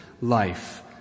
life